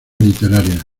literaria